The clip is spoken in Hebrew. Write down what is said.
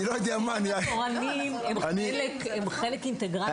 האגף התורני הוא חלק אינטגרלי.